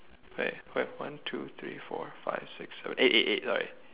wait wait one two three four five six seven eight eight eight sorry